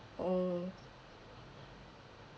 mm